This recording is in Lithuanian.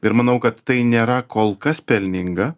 ir manau kad tai nėra kol kas pelninga